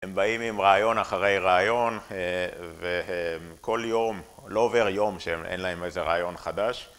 הם באים עם רעיון אחרי רעיון וכל יום, לא עובר יום, שאין להם איזה רעיון חדש